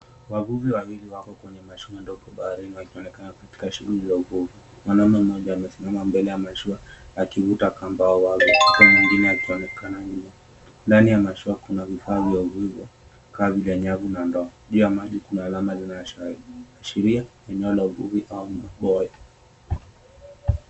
Wavuvi wawili wako kwenye mashua ndogo baharini wakionekana katika shuguli za uvuvi. Mwanaume mmoja amesimama mbele ya mashua akivuta kamba au wavu huku mwingine akionekana nyuma. Ndani ya mashua kuna vifaa vya uvuvi kama vile nyavu na ndoo. Juu ya maji kuna alama inayoashiria eneo la uvuvi au maboya.